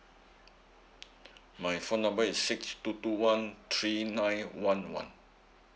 my phone number is six two two one three nine one one